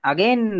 Again